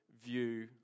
view